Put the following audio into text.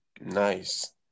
Nice